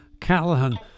Callahan